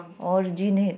originate